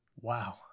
Wow